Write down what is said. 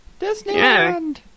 Disneyland